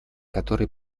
который